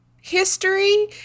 history